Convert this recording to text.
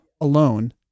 alone